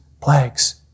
plagues